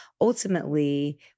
ultimately